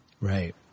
Right